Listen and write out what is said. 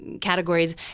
categories